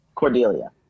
Cordelia